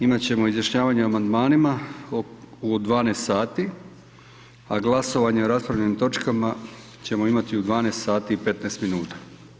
Imat ćemo izjašnjavanje o amandmanima u 12 sati, a glasovanje o raspravljenim točkama ćemo imati u 12 sati i 15 minuta.